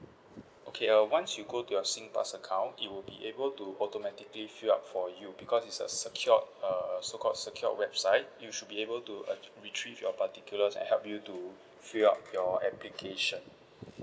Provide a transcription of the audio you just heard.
okay uh once you go to your singpass account it would be able to automatically fill up for you because it's a secured uh so called secured website you should be able to uh retrieve your particulars and help you to fill up your application